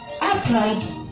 upright